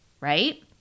right